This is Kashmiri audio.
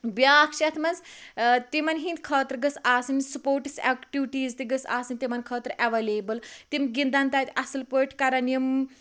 بیاکھ چھِ اتھ مَنٛز تِمَن ہنٛدۍ خٲطرٕ گٔژھ آسٕنۍ سپوٹٕس ایٚکٹِوِٹیز تہِ گٔژھ آسٕنۍ تِمَن خٲطرٕ اَیٚولیبٕل تِم گِنٛدَن تَتہِ اَصٕل پٲٹھۍ کَرَن یِم